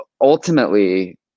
ultimately